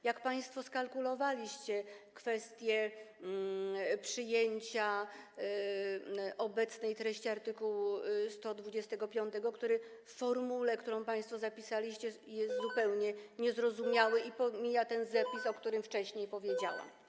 Jak państwo skalkulowaliście kwestię przyjęcia obecnej treści art. 125, który w formule, jaką państwo zapisaliście, jest zupełnie niezrozumiały i pomija ten zapis, o którym wcześniej powiedziałam?